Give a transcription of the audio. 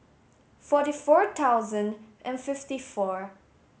forty four thousand and fifty four